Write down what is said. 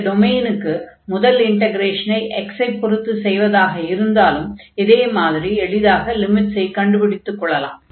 இந்த டொமைனுக்கு முதல் இன்டக்ரேஷன் x ஐ பொருத்து செய்வதாக இருந்தாலும் இதே மாதிரி எளிதாக லிமிட்ஸை கண்டுபிடித்துக் கொள்ளலாம்